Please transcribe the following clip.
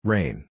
Rain